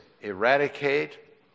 eradicate